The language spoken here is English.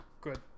good